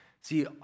See